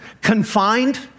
confined